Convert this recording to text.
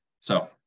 So-